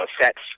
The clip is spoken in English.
sets